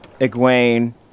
Egwene